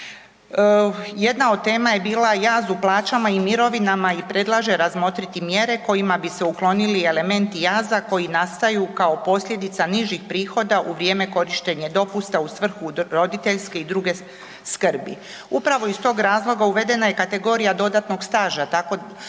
Jedna od tema je bila jaz u plaćama i mirovinama i predlaže razmotriti mjere kojima bi se uklonili elementi jaza koji nastaju kao posljedica nižih prihoda u vrijeme korištenje dopusta u svrhu roditeljske i druge skrbi. Upravo iz tog razloga uvedena je kategorija dodatnog staža tako